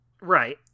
Right